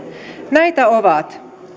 näitä ovat